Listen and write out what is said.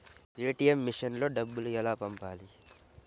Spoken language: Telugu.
ఏ.టీ.ఎం మెషిన్లో డబ్బులు ఎలా పంపాలి?